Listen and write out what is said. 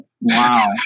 Wow